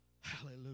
Hallelujah